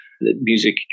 Music